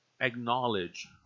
acknowledge